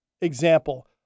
example